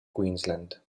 queensland